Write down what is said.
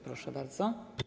Proszę bardzo.